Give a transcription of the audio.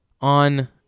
on